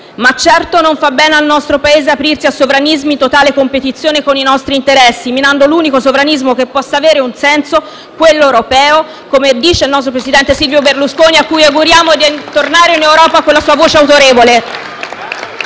Ma certo non fa bene al nostro Paese aprirsi a sovranismi in totale competizione con i nostri interessi, minando l'unico sovranismo che possa avere un senso, quello europeo, come dice il nostro presidente Silvio Berlusconi, a cui auguriamo di tornare in Europa con la sua voce autorevole.